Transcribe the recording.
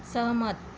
सहमत